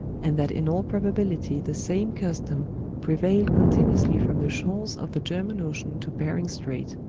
and that in all probability the same custom prevailed continuously from the shores of the german ocean to behring's strait.